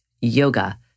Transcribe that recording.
yoga